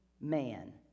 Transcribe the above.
man